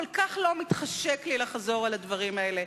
כל כך לא מתחשק לי לחזור על הדברים האלה,